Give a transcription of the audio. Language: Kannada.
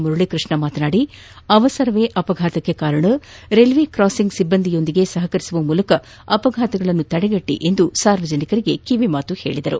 ಮುರಳಿಕೃಷ್ಣ ಮಾತನಾಡಿ ಅವಸರವೇ ಅಪಘಾತಕ್ಕೆ ಕಾರಣ ರೈಲ್ವೆ ಕ್ರಾಸಿಂಗ್ ಸಿಬ್ಬಂದಿಯೊಂದಿಗೆ ಸಹಕರಿಸುವ ಮೂಲಕ ಅಪಘಾತಗಳನ್ನು ತಡೆಗಟ್ಟಿ ಎಂದು ಸಾರ್ವಜನಿಕರಿಗೆ ಕಿವಿಮಾತು ಹೇಳಿದರು